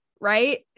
right